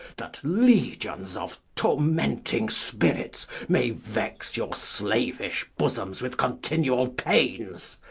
that legions of tormenting spirits may vex your slavish bosoms with continual pains!